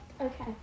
Okay